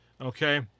okay